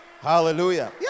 Hallelujah